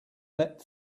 let